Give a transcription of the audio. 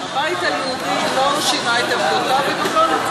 הבית היהודי לא שינה את עמדותיו וגם,